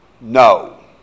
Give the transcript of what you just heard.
No